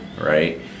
right